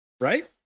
Right